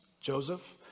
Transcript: Joseph